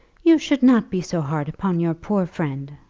you should not be so hard upon your poor friend,